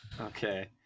Okay